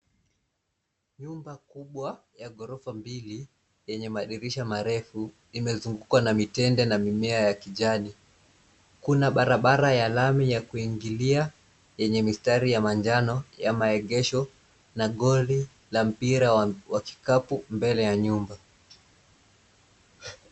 Nyumba kubwa ya ghorofa mbili ,enye madirisha marefu imezungukwa na mitende na mimea ya kijani. Kuna barabara ya lami ya kuingilia enye mistari ya manjano ya maegesho na goldi ya mpira wa kikapu mbele ya nyumba.